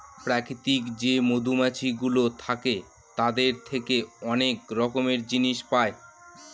প্রাকৃতিক যে মধুমাছিগুলো থাকে তাদের থেকে অনেক রকমের জিনিস পায়